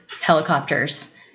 helicopters